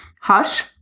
Hush